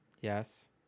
Yes